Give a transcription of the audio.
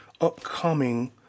upcoming